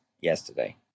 yesterday